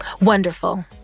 Wonderful